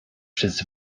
przez